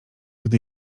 gdy